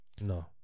no